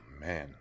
man